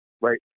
right